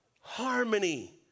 Harmony